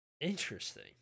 Interesting